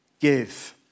give